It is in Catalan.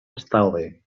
estalvi